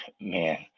man